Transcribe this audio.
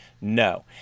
no